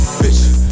bitch